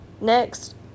Next